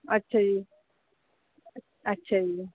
ਅੱਛਾ ਜੀ ਅੱਛਾ ਜੀ